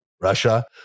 Russia